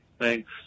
Thanks